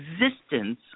existence